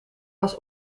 was